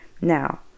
Now